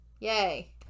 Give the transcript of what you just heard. Yay